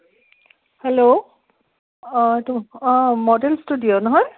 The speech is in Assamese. হেল্ল' এইটো মডেল ষ্টুডিঅ' নহয়